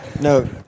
No